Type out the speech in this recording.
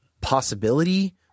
possibility